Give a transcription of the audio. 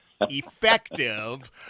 effective